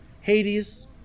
Hades